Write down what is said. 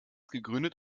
gegründet